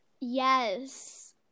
Yes